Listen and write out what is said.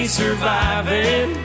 surviving